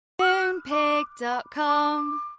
Moonpig.com